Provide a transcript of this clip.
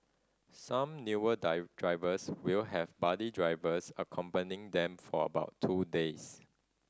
some newer die drivers will have buddy drivers accompanying them for about two days